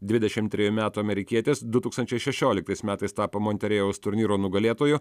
dvidešimt trejų metų amerikietis du tūkstančiai šešioliktais metais tapo monterėjeus turnyro nugalėtoju